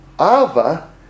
Ava